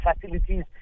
facilities